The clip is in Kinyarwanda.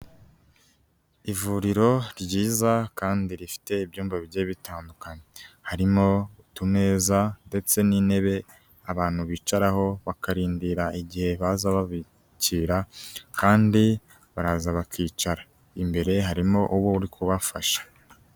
Ivuriro ryiza kandi rifite ibyumba bigiye bitandukanye. Harimo utumeza ndetse n'intebe abantu bicaraho bakarindira igihe baza babikira kandi baraza bakicara, imbere harimo uba uri kubafasha.